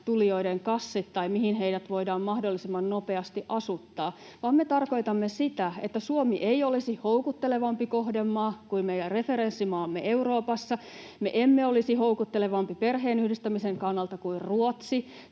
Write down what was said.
tulijoiden kassit tai mihin heidät voidaan mahdollisimman nopeasti asuttaa, vaan me tarkoitamme sitä, että Suomi ei olisi houkuttelevampi kohdemaa kuin meidän referenssimaamme Euroopassa, me emme olisi houkuttelevampi perheenyhdistämisen kannalta kuin Ruotsi